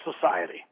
society